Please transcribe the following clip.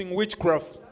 witchcraft